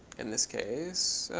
in this case,